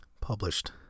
published